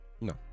No